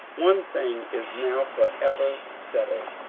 one thing is now forever settled,